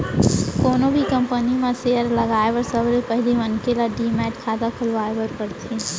कोनो भी कंपनी म सेयर लगाए बर सबले पहिली मनखे ल डीमैट खाता खोलवाए बर परथे